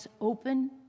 open